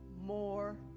more